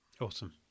Awesome